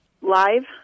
live